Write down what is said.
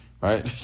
right